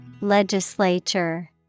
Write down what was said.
Legislature